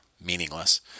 meaningless